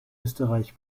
österreich